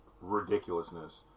Ridiculousness